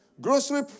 Grocery